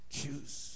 Choose